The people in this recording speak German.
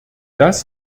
das